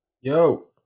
yo